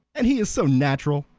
and he is so natural,